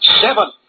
Seven